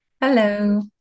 Hello